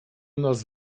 nas